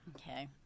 Okay